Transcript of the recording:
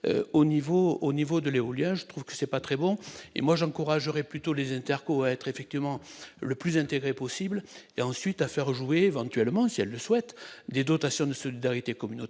au niveau de l'éolien, je trouve que c'est pas très bon, et moi j'encourage aurait plutôt les interco être effectivement le plus intégrée possible et ensuite à faire jouer éventuellement si elles le souhaitent, des dotations de solidarité communautaire